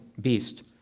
beast